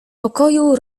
pokoju